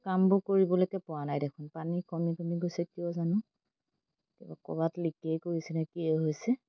কামবোৰ কৰিবলৈকে পৰা নাই দেখোন পানী কমি কমি গৈছে কিয় জানো ক'ৰবাত লিকেই কৰিছেনে কিয়েই হৈছে